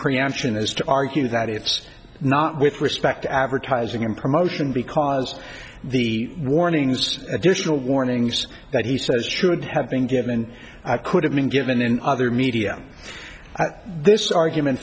preemption is to argue that it's not with respect advertising and promotion because the warnings additional warnings that he says should have been given i could have been given in other media this argument